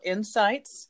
Insights